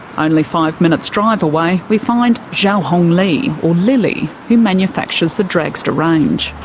only five minutes drive away we find xiao hong li or lily, who manufactures the dragstar range.